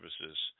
services